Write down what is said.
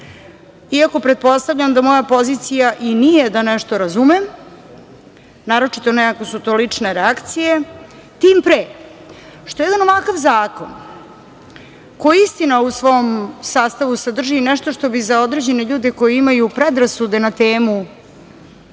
iako pretpostavljam da moja pozicija i nije da nešto razumem, naročito ne ako su to lične reakcije, tim pre što jedan ovakav zakon, koji istina u svom sastavu sadrži nešto što bi za određene ljude koji imaju predrasude na temu